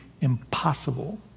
impossible